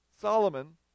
Solomon